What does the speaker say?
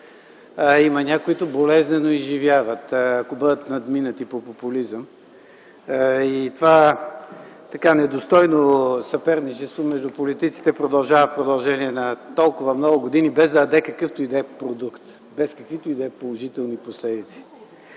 Има някои, които болезнено изживяват, ако бъдат надминати по популизъм, и това недостойно съперничество между политиците продължава толкова много години без даде какъвто и да е продукт, без каквито и да е положителни последици.